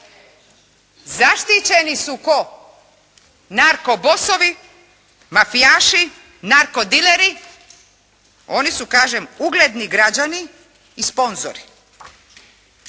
Zaštićeni su tko? Narko bosovi, mafijaši, narko dileri, oni su kažem ugledni građani i sponzori.